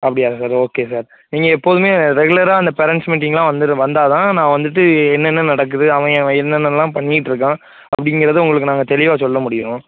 அப்படியாங்க sir okay sir நீங்கள் எப்போதுமே ரெகுலராக அந்த பேரண்ட்ஸ் மீட்டிங்லாம் வந்துரு வந்தால் தானே நான் வந்துட்டு என்னென்ன நடக்குது அவன் என்னென்னலாம் பண்ணிட்டிருக்கான் அப்படிங்கிறத உங்களுக்கு நாங்கள் தெளிவாக சொல்ல முடியும்